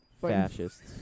fascists